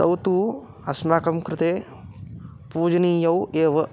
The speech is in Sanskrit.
तौ तु अस्माकं कृते पूजनीयौ एव